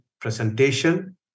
presentation